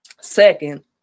second